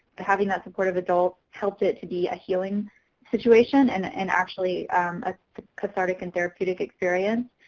but having that supportive adults help it to be a healing situation and and actually a cathartic and therapeutic experience.